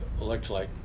electrolyte